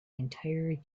entire